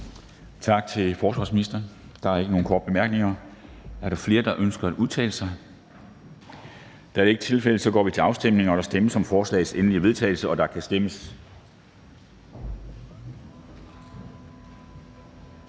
Tak til forsvarsministeren. Der er ikke nogen korte bemærkninger. Er der flere, der ønsker at udtale sig? Da det ikke er tilfældet, går vi til afstemning. Kl. 10:57 Afstemning Formanden (Henrik Dam Kristensen): Der stemmes